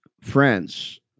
Friends